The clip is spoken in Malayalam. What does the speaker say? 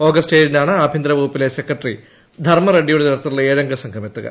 ആഗസ്റ്റ് ഏഴിനാണ് ആഭ്യന്തരവകുപ്പിലെ സെക്രട്ടറി ധർമ റെഡ്സിയുടെ നേതൃത്വത്തിലുള്ള ഏഴംഗ സംഘം എത്തുക